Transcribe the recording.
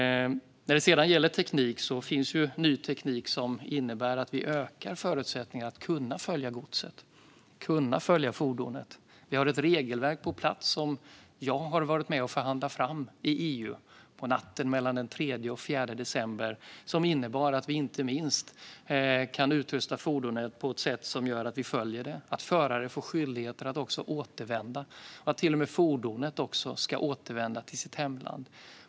När det sedan gäller teknik finns ny teknik som innebär att vi ökar förutsättningarna att kunna följa godset och fordonet. Vi har ett regelverk på plats som jag har varit med att förhandla fram i EU på natten mellan den 3 och den 4 december. Det innebär att vi inte minst kan utrusta fordonet på ett sätt så att vi följer det. Förare får skyldigheten att återvända, och till och med fordonet ska återvända till sitt hemland.